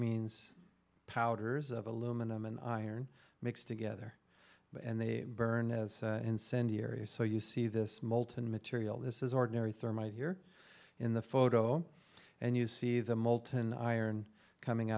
means powders of aluminum and iron mixed together and they burn as incendiary so you see this molten material this is ordinary thermite here in the photo and you see the molten iron coming